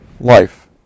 life